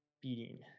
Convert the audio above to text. beating